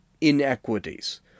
inequities